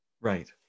right